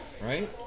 Right